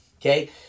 okay